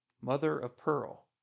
mother-of-pearl